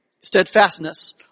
steadfastness